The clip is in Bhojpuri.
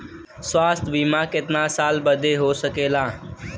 स्वास्थ्य बीमा कितना साल बदे हो सकेला?